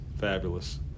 fabulous